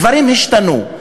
דברים השתנו,